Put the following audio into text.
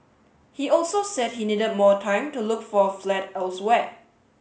he also said he needed more time to look for a flat elsewhere